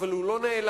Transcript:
אבל הוא לא נעלם.